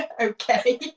okay